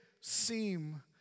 seem